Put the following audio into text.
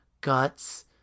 Guts